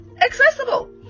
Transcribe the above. accessible